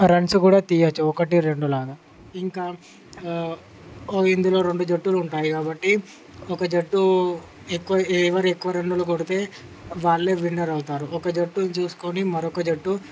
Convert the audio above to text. runs కూడ తీయచ్చు ఒకటి రెండులాగా ఇంకా ఇందులో రెండు జట్టులు ఉంటాయి కాబట్టి ఒక జట్టు ఎక్కువ ఎవ్వరు ఎక్కువ రన్లు కొడితే వాళ్ళే విన్నర్ అవుతారు ఒక జట్టుని చూసుకుని మరొక జట్టు